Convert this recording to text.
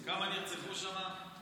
כמה נרצחו שמה?